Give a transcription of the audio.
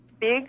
big